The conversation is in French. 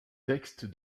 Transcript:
textes